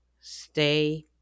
Stay